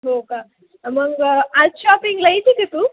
हो का मग आज शॉपिंगला येते का तू